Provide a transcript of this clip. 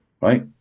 right